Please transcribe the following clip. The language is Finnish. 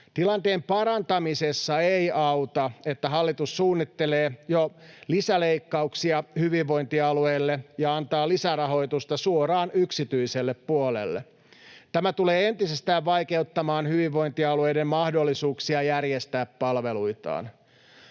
Tilanteen parantamisessa ei auta, että hallitus suunnittelee jo lisäleikkauksia hyvinvointialueille ja antaa lisärahoitusta suoraan yksityiselle puolelle. Tämä tulee entisestään vaikeuttamaan hyvinvointialueiden mahdollisuuksia järjestää palveluitaan.